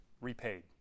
repaid